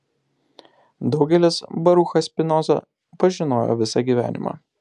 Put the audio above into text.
daugelis baruchą spinozą pažinojo visą gyvenimą